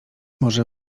może